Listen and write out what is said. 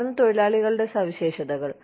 തുടർന്ന് തൊഴിലാളികളുടെ സവിശേഷതകൾ